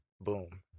Boom